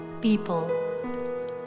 people